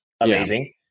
Amazing